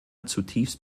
zutiefst